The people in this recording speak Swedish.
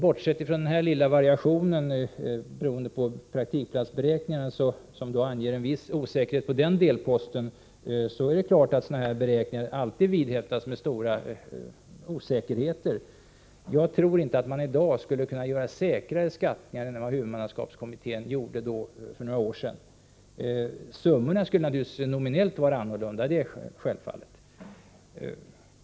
Bortsett från denna lilla variation beroende på praktikplatsberäkningarna, som innebär en viss osäkerhet på den delposten, är det klart att sådana beräkningar alltid vidhäftar stora osäkerheter. Jag tror inte att man i dag skulle kunna göra säkrare uppskattningar än huvudmannaskapskommittén gjorde för några år sedan. Summorna skulle naturligtvis nominellt vara annorlunda. Det är självklart.